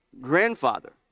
grandfather